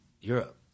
Europe